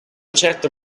certo